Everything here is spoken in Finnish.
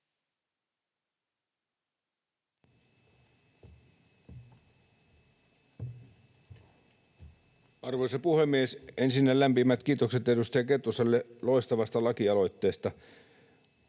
Arvoisa puhemies! Ensinnä lämpimät kiitokset edustaja Kettuselle loistavasta lakialoitteesta.